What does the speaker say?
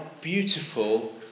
beautiful